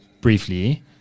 Briefly